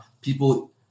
People